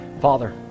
Father